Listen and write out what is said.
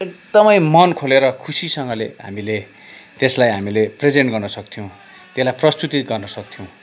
एकदमै मन खोलेर खुसीसँगले हामीले त्यसलाई हामीले प्रेजेन्ट गर्नुसक्थ्यौँ त्यसलाई प्रस्तुति गर्नसक्थ्यौँ